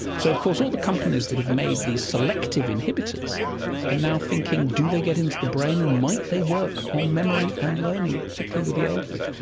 so of course all the companies that have made these selective inhibitors are ah now thinking do they get into the brain and might they work on memory and learning particularly with the elderly?